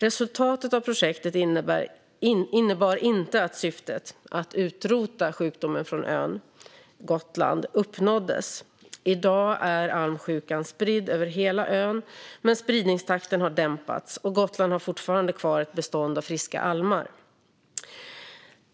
Resultatet av projektet innebar inte att syftet - att utrota sjukdomen från ön Gotland - uppnåddes. I dag är almsjukan spridd över hela ön, men spridningstakten har dämpats och Gotland har fortfarande kvar ett bestånd av friska almar.